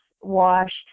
washed